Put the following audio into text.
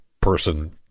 person